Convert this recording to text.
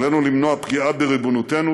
עלינו למנוע פגיעה בריבונותנו